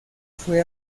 fue